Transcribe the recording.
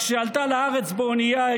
כשעלתה לארץ באונייה,